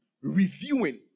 reviewing